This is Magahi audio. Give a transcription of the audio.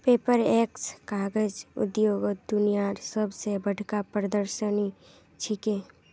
पेपरएक्स कागज उद्योगत दुनियार सब स बढ़का प्रदर्शनी छिके